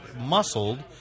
muscled